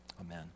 amen